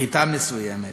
בכיתה מסוימת